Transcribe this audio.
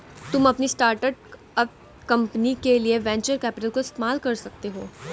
तुम अपनी startup company के लिए वेन्चर कैपिटल का इस्तेमाल कर सकते हो